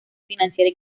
financiera